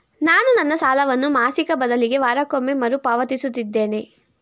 ನಾನು ನನ್ನ ಸಾಲವನ್ನು ಮಾಸಿಕ ಬದಲಿಗೆ ವಾರಕ್ಕೊಮ್ಮೆ ಮರುಪಾವತಿಸುತ್ತಿದ್ದೇನೆ